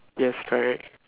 yes correct